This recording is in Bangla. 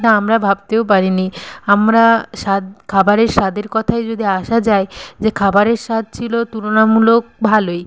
তা আমরা ভাবতেও পারিনি আমরা স্বাদ খাবারের স্বাদের কথায় যদি আসা যায় যে খাবারের স্বাদ ছিল তুলনামূলক ভালোই